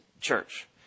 church